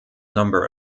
number